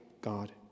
God